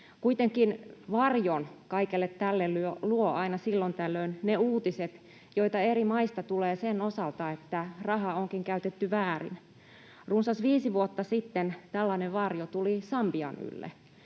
Kuitenkin varjon kaikelle tälle luovat aina silloin tällöin ne uutiset, joita eri maista tulee sen osalta, että rahaa onkin käytetty väärin. Runsas viisi vuotta sitten tällainen varjo tuli Sambian ylle,